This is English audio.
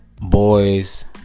boys